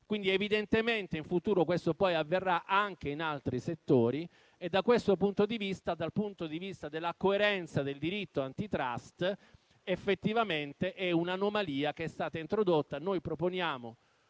Evidentemente, in futuro questo avverrà anche in altri settori e, dal punto di vista della coerenza del diritto *antitrust*, effettivamente è un'anomalia che è stata introdotta.